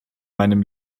meinem